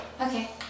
Okay